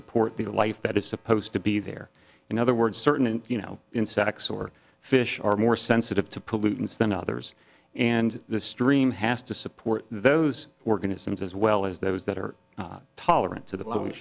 support the life that is supposed to be there in other words certain you know insects or fish are more sensitive to pollutants than others and the stream has to support those organisms as well as those that are toleran